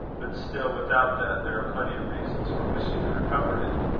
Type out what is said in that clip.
but, still, without that, there are plenty of reasons for wishing to recover it.